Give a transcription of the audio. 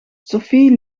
sophie